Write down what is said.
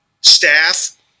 staff